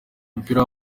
w’umupira